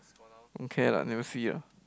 don't care lah never see ah